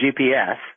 GPS